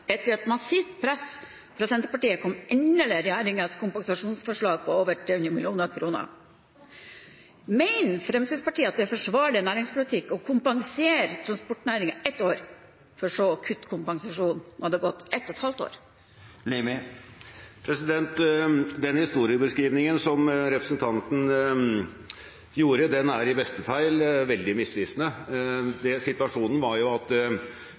Etter et massivt press fra Senterpartiet kom endelig regjeringens kompensasjonsforslag, på over 300 mill. kr. Mener Fremskrittspartiet at det er forsvarlig næringspolitikk å kompensere transportnæringen ett år, for så å kutte kompensasjonen når det har gått et og et halvt år? Den historiebeskrivelsen som representanten gjorde, er i beste fall veldig misvisende. Situasjonen var at